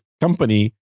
company